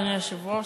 אדוני היושב-ראש,